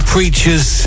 Preachers